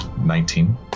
Nineteen